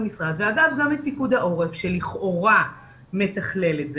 משרד ואגב גם פיקוד העורף שלכאורה מתכלל את זה,